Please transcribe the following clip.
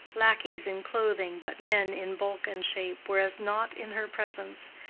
lackeys in clothing but men in bulk and shape, were as nought in her presence,